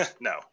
No